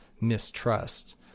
mistrust